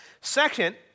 Second